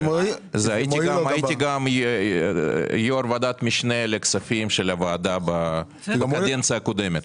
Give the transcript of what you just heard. הייתי גם יו"ר ועדת משנה לכספים של הוועדה בקדנציה הקודמת.